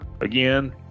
Again